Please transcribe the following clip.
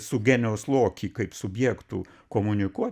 su genijaus loki kaip subjektu komunikuot